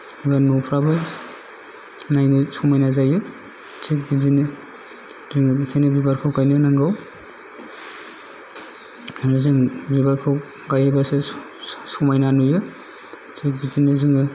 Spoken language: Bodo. होमबा नफ्राबो नायनो समायना जायो थिक बिदिनो जोङो बेखायनो बिबारखौ गायनो नांगौ आरो जों बिबारखौ गायोबासो स' समायना नुयो बि बिदिनो जोङो